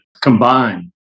combine